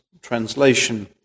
translation